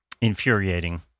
Infuriating